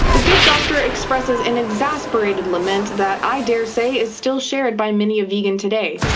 the good doctor expresses an exasperated lament that i daresay is still shared by many a vegan today.